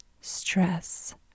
stress